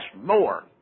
more